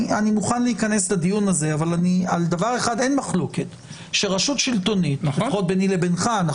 אני מוכן להיכנס לדיון הזה אבל על דבר אחד אין מחלוקת לפחות ביני לבינך.